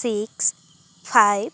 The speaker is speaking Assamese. six five